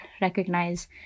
recognize